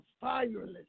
fireless